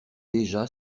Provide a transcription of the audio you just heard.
déjà